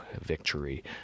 victory